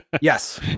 Yes